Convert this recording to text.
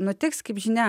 nutiks kaip žinia